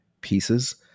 pieces